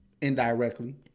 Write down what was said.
indirectly